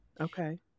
okay